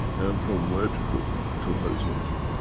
and from vertical to horizontal.